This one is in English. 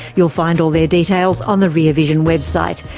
you'll find all their details on the rear vision website,